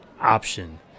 option